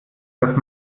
dass